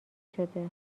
شده